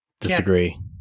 Disagree